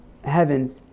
Heavens